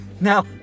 Now